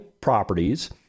properties